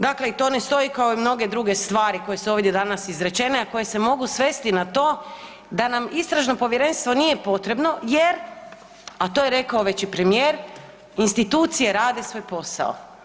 Dakle, i to ne stoji kao i mnoge druge stvari koje su ovdje danas izrečene, a koje se mogu svesti na to da nam istražno povjerenstvo nije potrebno, jer, a to je rekao već i premijer, institucije rade svoj posao.